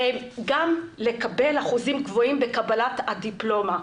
גם לקבל אחוזים גבוהים בקבלת הדיפלומה.